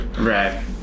Right